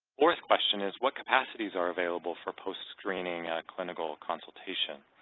fourth question is what capacities are available for post-screening clinical consultation?